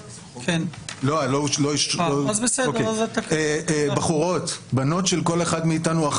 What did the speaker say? אבל אתם צריכים לתת לנו כלים לשמור על